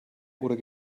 oder